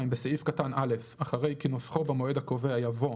(2)בסעיף קטן (א), אחרי "כנוסחו במועד הקובע" יבוא